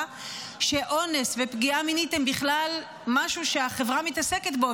שאונס ופגיעה מינית הם בכלל משהו שהחברה מתעסקת בו,